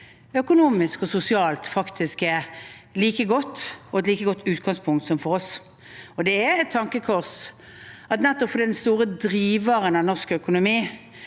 økonomisk og sosialt faktisk er like godt og et like godt utgangspunkt som det var for oss. Det er et tankekors at fordi den store driveren av norsk økonomi,